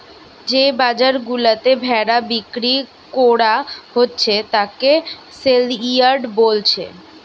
যে বাজার গুলাতে ভেড়া বিক্রি কোরা হচ্ছে তাকে সেলইয়ার্ড বোলছে